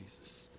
Jesus